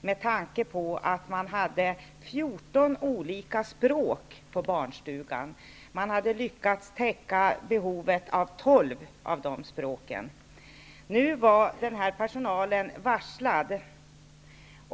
med tanke på att 14 olika språk talades på barnstugan. Man hade lyckats täcka 12 av dessa 14 språk. Nu var personalen varslad.